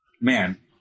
man